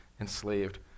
enslaved